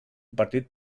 partit